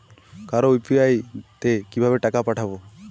কারো ইউ.পি.আই তে কিভাবে টাকা পাঠাবো?